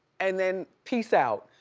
and then peace out.